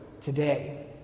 today